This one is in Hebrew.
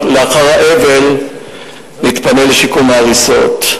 לאחר האבל נתפנה לשיקום ההריסות,